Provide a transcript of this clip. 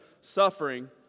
suffering